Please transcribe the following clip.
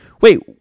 wait